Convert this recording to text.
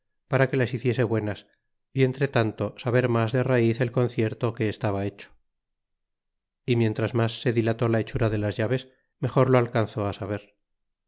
para que las hiciese buenas y entretanto saber mas de ratz el con cierto qne estaba hecho y mientras mas se dilató la hechnra de las llaves mejor lo alcanzó saber